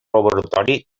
laboratori